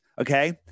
okay